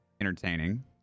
entertaining